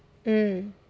mm